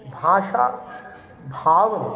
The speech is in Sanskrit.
भाषा भावम्